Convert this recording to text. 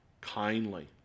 kindly